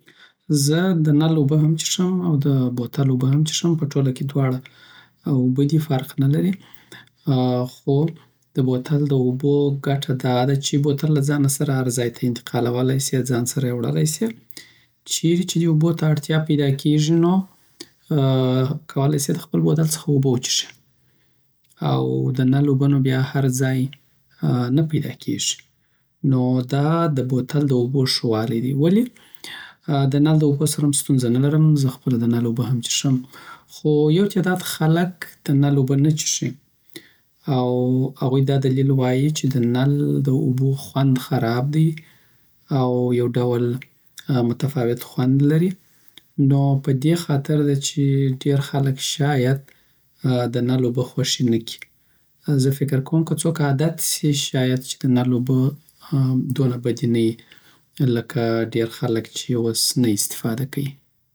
زه د نل اوبه هم چښم او د بوتل اوبه هم چښم په ټوله کی داړه اوبه دی فرق نلری خو د بوتل د اوبو ګټه داده چی بوتل د ځانه سره هرځای ته انتقالولای سی، ځان سره یی وړلای سی، چیری چی دی اوبوته اړتیاپیداکیږی نو کولای سی د خپل بوتل څخه اوبه وچښیی او دنل اوبه نو بیا هرځای نه پیداکیږی نو دا د بوتل داوبو ښه والی دی ولی دنل د اوبو سره هم ستونزه لرم، زه خپله دنل اوبه هم چښم خو یو تعداد خلګ دنل اوبه نه چښیی او هغوی دا دلیل وایی چی د نل د اوبو خوند خراب دی، او یو ډول متفاوت خوند لری نو په دی خاطرده چی ډیر خلګ شاید دنل اوبه خوښی نکی زه فکر کوم که څوک عادت سی شاید چی دنل اوبه هم دونه بدی نه یی لکه ډیرخلګ چی یی اوس نه استفاده کیی